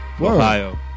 Ohio